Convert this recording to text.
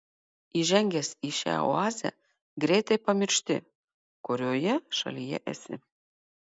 įžengęs į šią oazę greitai pamiršti kurioje šalyje esi